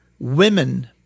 women